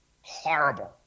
horrible